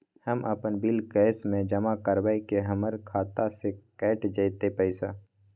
हम अपन bill cash म जमा करबै की हमर खाता स कैट जेतै पैसा?